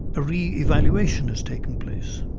a re-evaluation has taken place.